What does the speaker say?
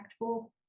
impactful